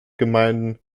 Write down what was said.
gemeinden